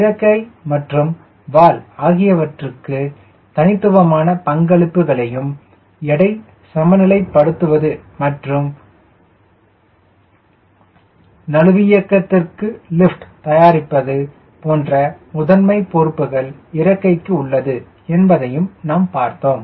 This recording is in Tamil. இறக்கை மற்றும் வால் ஆகியவற்றிற்கு தனித்துவமான பங்களிப்புகளையும் எடையை சமநிலைப்படுத்தவது மற்றும் நழுவியக்கத்திற்கு லிப்ட் தயாரிப்பது போன்ற முதன்மை பொறுப்புகள் இறக்கைக்கு உள்ளது என்பதையும் நாம் பார்த்தோம்